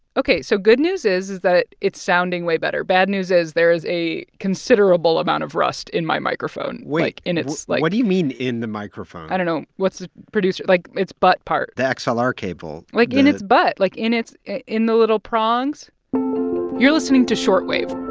ok. so good news is is that it's sounding way better. bad news is there is a considerable amount of rust in my microphone. wait. like, in it's, like. what do you mean in the microphone? i don't know. what's ah producer like, it's butt part the xlr um um cable like, in its butt. like, in its in the little prongs you're listening to short wave